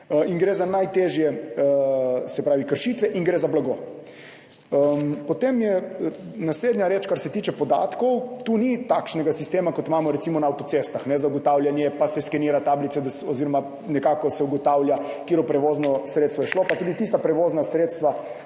in gre za najtežje kršitve in gre za blago. Potem je naslednja reč, kar se tiče podatkov, tu ni takšnega sistema, kot ga imamo za ugotavljanje recimo na avtocestah, pa se skenira tablico oziroma nekako se ugotavlja, za katero prevozno sredstvo je šlo, pa tudi tista prevozna sredstva